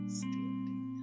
standing